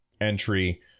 entry